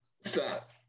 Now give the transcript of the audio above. Stop